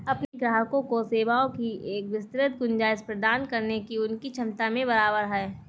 अपने ग्राहकों को सेवाओं की एक विस्तृत गुंजाइश प्रदान करने की उनकी क्षमता में बराबर है